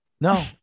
No